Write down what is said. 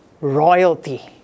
royalty